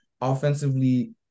offensively